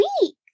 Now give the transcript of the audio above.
week